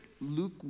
Luke